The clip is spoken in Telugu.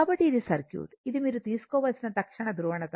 కాబట్టి ఇది సర్క్యూట్ ఇది మీరు తీసుకోవలసిన తక్షణ ధ్రువణత